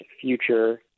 future